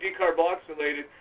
decarboxylated